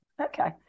Okay